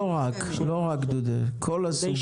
לא רק דודים, כל הסוגים.